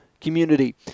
community